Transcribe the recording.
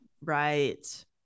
right